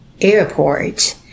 Airport